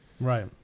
Right